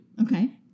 Okay